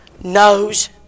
knows